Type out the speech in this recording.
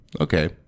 Okay